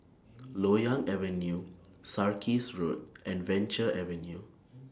Loyang Avenue Sarkies Road and Venture Avenue